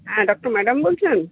হ্যাঁ doctor madam বলছেন